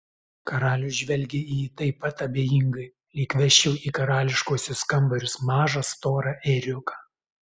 karalius žvelgia į jį taip pat abejingai lyg vesčiau į karališkuosius kambarius mažą storą ėriuką